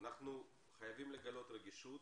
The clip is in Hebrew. אנחנו חייבים לגלות רגישות